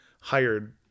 hired